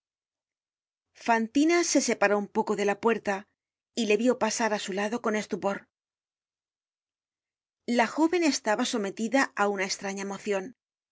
fantina se separó un poco de la puerta y le vió pasar á su lado con estupor la jóven estaba sometida á una estraña emocion